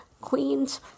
Queens